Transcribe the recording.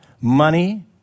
money